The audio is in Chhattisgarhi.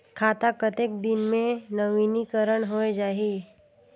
खाता कतेक दिन मे नवीनीकरण होए जाहि??